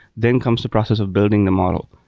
then comes the process of building the model.